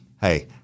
Hey